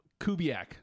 kubiak